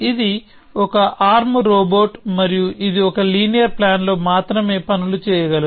ఇది ఒక arm robot మరియు ఇది ఒక లీనియర్ ప్లాన్ లో మాత్రమే పనులు చేయగలదు